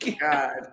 God